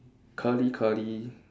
curly curly